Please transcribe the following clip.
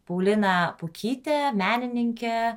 paulina pukytė menininkė